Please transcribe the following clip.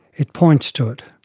it points to it.